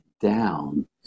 down